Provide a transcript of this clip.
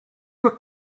were